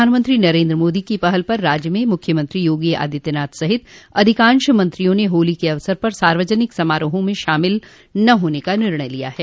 प्रधानमंत्री नरेन्द्र मोदी की पहल पर राज्य में मूख्यमंत्री योगी आदित्यनाथ सहित अधिकांश मंत्रियों ने होली के अवसर पर सार्वजनिक समारोहों में शामिल न होने का निर्णय लिया है